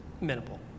minimal